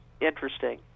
interesting